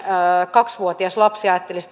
kaksivuotias lapsi ajattelisi